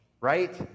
right